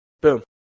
boom